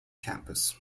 campus